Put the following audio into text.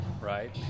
right